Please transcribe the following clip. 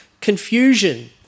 confusion